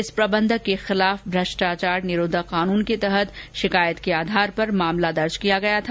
इस प्रबंधक के खिलाफ भ्रष्टाचार निरोधक कानून के तहत शिकायत के आधार पर मामला दर्ज किया गया था